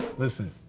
listen.